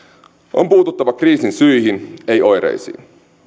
on puututtava kriisien syihin ei oireisiin